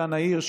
דנה הרש,